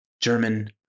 German